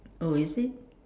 oh is it